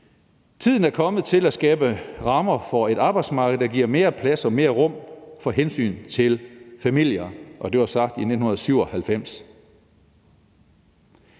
»Tiden er kommet til at skabe rammer for et arbejdsmarked, der giver mere plads og mere rum for hensyn til familien.« Det blev sagt i 1997.